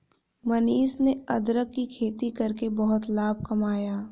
मनीष ने अदरक की खेती करके बहुत लाभ कमाया